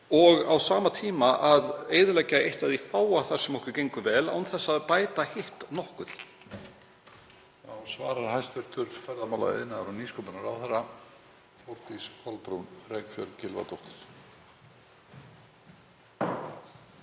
og á sama tíma að eyðileggja eitt af því fáa sem okkur gengur vel með án þess að bæta hitt nokkuð?